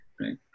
right